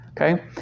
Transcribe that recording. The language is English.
Okay